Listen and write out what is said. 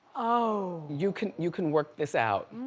oh! you can you can work this out.